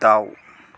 दाउ